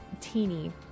teeny